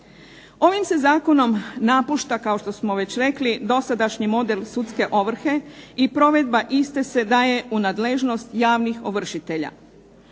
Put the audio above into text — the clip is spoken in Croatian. Ovim se Zakonom napušta, kao što smo već rekli, dosadašnji model sudske ovrhe i provedba iste se daje u nadležnost javnih ovršitelja.